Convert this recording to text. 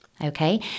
okay